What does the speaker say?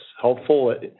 helpful